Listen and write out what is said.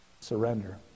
Surrender